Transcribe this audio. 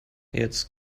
jetzt